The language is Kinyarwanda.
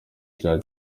cya